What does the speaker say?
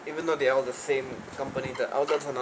even though they're all the same company the outlet are not